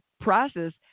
process